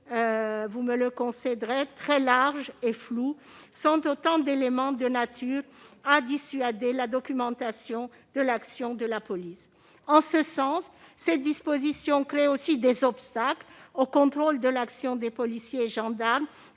vous me le concéderez -sont autant d'éléments de nature à dissuader la collecte d'éléments concernant l'action de la police. En ce sens, cette disposition crée aussi des obstacles au contrôle de l'action des policiers et gendarmes,